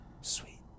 Sweet